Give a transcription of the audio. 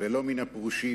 ולא מן הפרושים